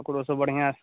ओकरोसँ बढ़िआँ